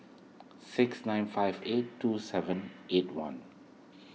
six nine five eight two seven eight one